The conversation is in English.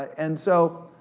and so,